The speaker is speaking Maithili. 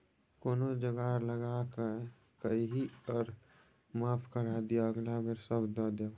कोनो जोगार लगाकए एहि कर माफ करा दिअ अगिला बेर सभ दए देब